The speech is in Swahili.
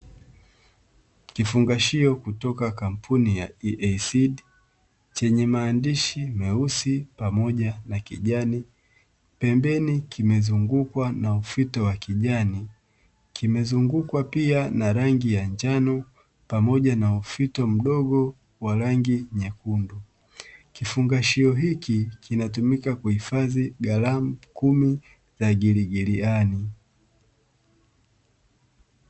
kifungashio kutoka kampuni ya (EASEED) chenye maandishi meusi pamoja na kijani, pembeni kimezungukwa na ufito wa kijani kimezungukwa pia na rangi ya njano pamoja na ufito mdogo wa rangi nyekundu, kifungashio hiki kiinatumika kuhifadhi garamu kumi za giligiliani.